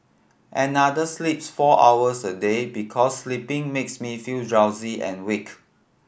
another sleeps four hours a day because sleeping makes me feel drowsy and weak